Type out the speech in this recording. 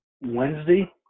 Wednesday